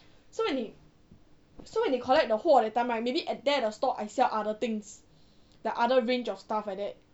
so when they so when they collect the 货 that time right maybe there at that store I sell other things the other range of stuff like that